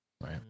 Right